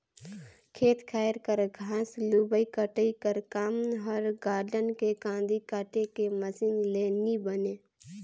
खेत खाएर कर घांस लुबई कटई कर काम हर गारडन के कांदी काटे के मसीन ले नी बने